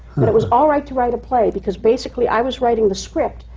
that it was all right to write a play because basically, i was writing the script,